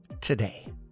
today